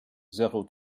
zéro